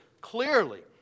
clearly